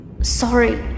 Sorry